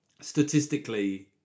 Statistically